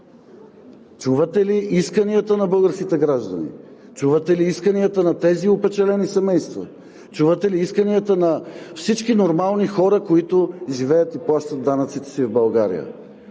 Чувате ли исканията на българските граждани? Чувате ли исканията на тези опечалени семейства? Чувате ли исканията на всички нормални хора, които живеят и плащат данъците си в България?